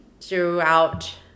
throughout